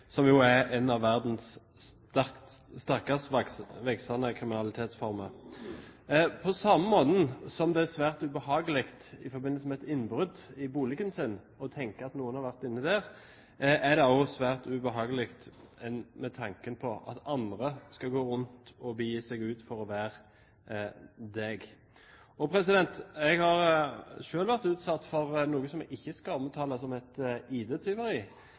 som jo er en av verdens sterkest voksende kriminalitetsformer. På samme måte som det er svært ubehagelig å tenke at noen har vært inne i boligen din i forbindelse med et innbrudd, er det også svært ubehagelig at andre skal gå rundt og gi seg ut for å være deg. Jeg har selv vært utsatt for noe jeg ikke skal omtale som et